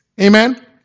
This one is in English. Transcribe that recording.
Amen